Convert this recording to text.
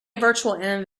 virtualenv